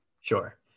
Sure